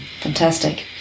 Fantastic